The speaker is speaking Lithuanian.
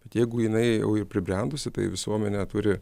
bet jeigu jinai jau ir pribrendusi tai visuomenė turi